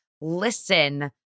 listen